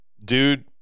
dude